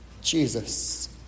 Jesus